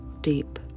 deep